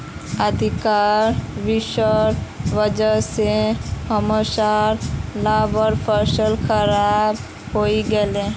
अधिक वर्षार वजह स हमसार चावलेर फसल खराब हइ गेले